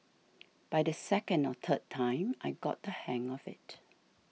by the second or third time I got the hang of it